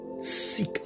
seek